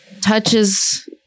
touches